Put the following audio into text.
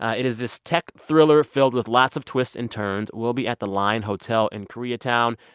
it is this tech thriller filled with lots of twists and turns. we'll be at the line hotel in koreatown.